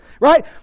Right